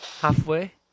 Halfway